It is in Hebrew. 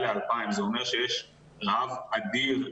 2,000. זה אומר שיש רעב אדיר להתחרות.